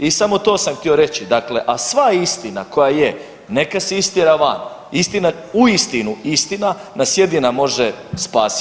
I samo to htio reći, dakle, a sva istina koja je neka se istjera van, uistinu istina nas jedina može spasiti.